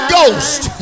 Ghost